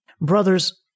Brothers